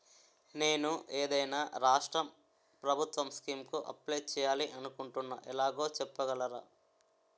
నేను ఏదైనా రాష్ట్రం ప్రభుత్వం స్కీం కు అప్లై చేయాలి అనుకుంటున్నా ఎలాగో చెప్పగలరా?